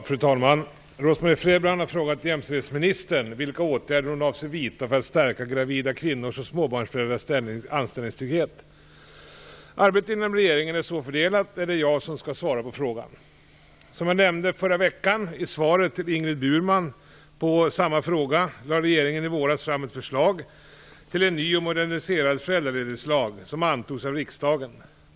Fru talman! Rose-Marie Frebran har frågat jämställdhetsministern vilka åtgärder hon avser vidta för att stärka gravida kvinnors och småbarnsföräldrars anställningstrygghet. Arbetet inom regeringen är så fördelat att det är jag som skall svara på frågan. Som jag nämnde förra veckan i svaret till Ingrid Burman på samma fråga lade regeringen i våras fram ett förslag till en ny och moderniserad föräldraledighetslag som antogs av riksdagen.